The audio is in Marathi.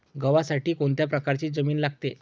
गव्हासाठी कोणत्या प्रकारची जमीन लागते?